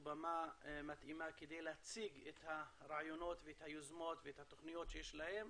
במה מתאימה כדי להציג את הרעיונות והיוזמות והתוכניות שיש להם.